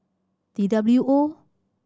T W O